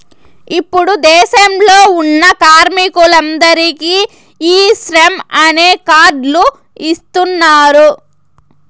ఇప్పుడు దేశంలో ఉన్న కార్మికులందరికీ ఈ శ్రమ్ అనే కార్డ్ లు ఇస్తున్నారు